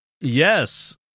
Yes